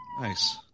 Nice